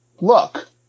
look